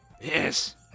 Yes